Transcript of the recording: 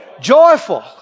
Joyful